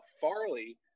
Farley